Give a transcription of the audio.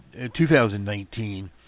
2019